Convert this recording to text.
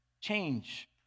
change